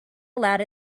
allowed